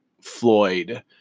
Floyd